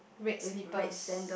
red slippers